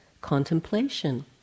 contemplation